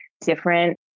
different